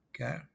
okay